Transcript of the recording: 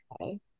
Okay